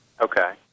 Okay